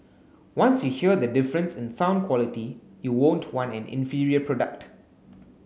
once you hear the difference in sound quality you won't want an inferior product